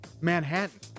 Manhattan